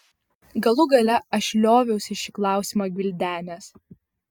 galų gale aš lioviausi šį klausimą gvildenęs